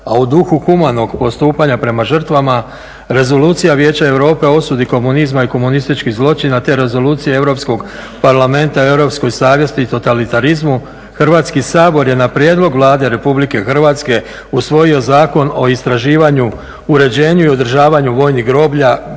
a u duhu humanog postupanja prema žrtvama Rezolucija vijeća Europe o osudi komunizma i komunističkih zločina, te Rezolucije Europskog parlamenta o europskoj savjesti i totalitarizmu Hrvatski sabor je na prijedlog Vlade RH usvojio Zakon o istraživanju, uređenju i održavanju vojnih groblja